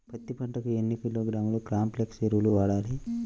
పత్తి పంటకు ఎన్ని కిలోగ్రాముల కాంప్లెక్స్ ఎరువులు వాడాలి?